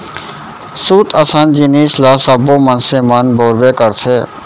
सूत असन जिनिस ल सब्बो मनसे मन बउरबे करथे